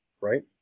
right